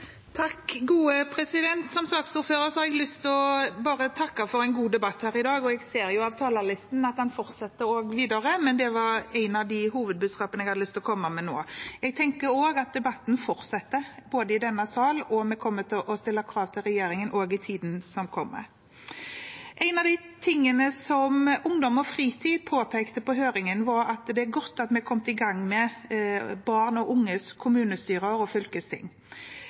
Som saksordfører har jeg lyst til å takke for en god debatt her i dag. Jeg ser av talerlisten at den også fortsetter videre, men dette var et av de hovedbudskapene jeg hadde lyst til å komme med nå. Jeg tenker også at debatten fortsetter, både i denne sal og ved at vi kommer til å stille krav til regjeringen også i tiden som kommer. En av de tingene som Ungdom og Fritid påpekte i høringen, var at det er godt at vi er kommet i gang med barn og unges kommunestyre og ungdommens fylkesting.